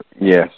Yes